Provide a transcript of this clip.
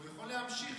הוא יכול להמשיך.